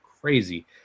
crazy